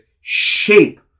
shape